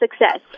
success